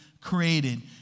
created